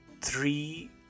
three